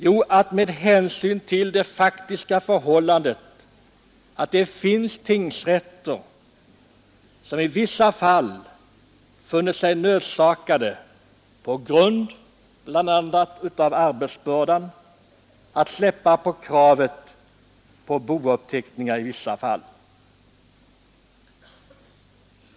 Jo, att man — med hänsyn till det faktiska förhållandet att det finns tingsrätter som i vissa fall funnit sig nödsakade att göra så på grund av bl.a. arbetsbördan — skall släppa på kravet på bouppteckning i vissa fall.